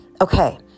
okay